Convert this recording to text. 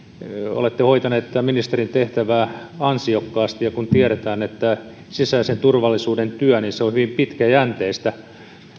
olette hoitanut tätä ministerin tehtävää ansiokkaasti ja kun tiedetään että sisäisen turvallisuuden työ on hyvin pitkäjänteistä